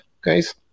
guys